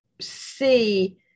see